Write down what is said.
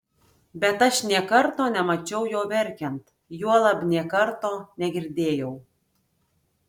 bet aš nė karto nemačiau jo verkiant juolab nė karto negirdėjau